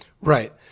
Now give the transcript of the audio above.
Right